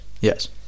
Yes